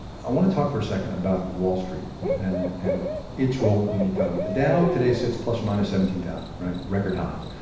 i want to talk for a second about wall street and and its role in the economy. the dow today sits plus or minus seventeen thousand, right? record highs.